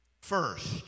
First